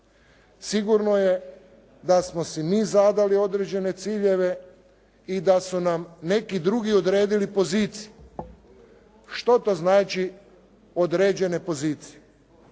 Sigurno je da smo si mi zadali određene ciljeve i da su nam neki drugi odredili pozicije. Što to znači određene pozicije?